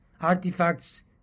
artifacts